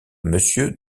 monsieur